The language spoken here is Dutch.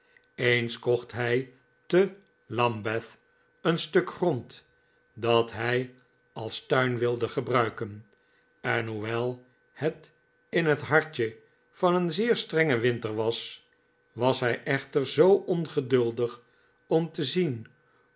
eens kocht hij te lambeth een stuk grond dat hij als tuin wilde gebruiken en hoewel het in het hartje van een zeer strengen winter was was hij echter zoo ongeduldig om te zien